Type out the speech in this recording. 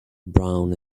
brown